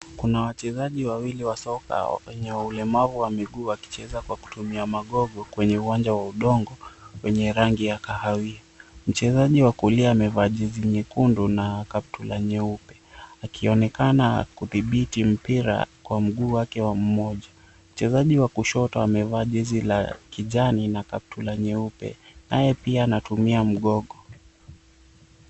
Kuna wachezaji wawili wa soka wenye ulemavu wa miguu wakicheza kwa kutumia magogo kwenye uwanja wa udongo wenye rangi ya kahawia. Mchezaji wa kulia amevaa jezi nyekundu na kaptura nyeupe, akionekana kudhibiti mpira kwa mguu wake wa mmoja. Mchezaji wa kushoto amevaa jezi la kijani na kaptura nyeupe. Naye pia anatumia mgogo.